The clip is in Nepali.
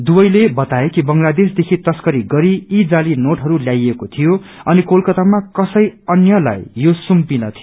दुवैले बताए कि बंगलादेश देखि तस्करी गरि यी जालीी नोटहरू ल्याइएको थियो अनि कोलकाता कसै अन्यलाई यो सुम्पिन थियो